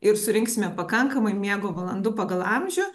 ir surinksime pakankamai miego valandų pagal amžių